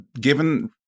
given